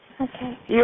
Okay